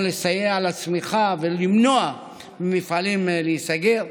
לסייע לצמיחה ולמנוע ממפעלים להיסגר.